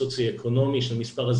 כמה ילדים מתוך אותם ילדים שהיו